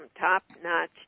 top-notch